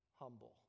humble